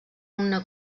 una